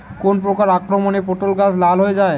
কোন প্রকার আক্রমণে পটল গাছ লাল হয়ে যায়?